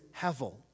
Hevel